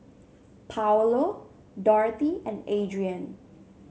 Paulo Dorothy and Adrien